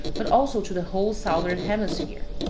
but also to the whole southern hemisphere.